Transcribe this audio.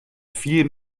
viel